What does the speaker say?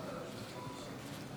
(חותם על ההצהרה)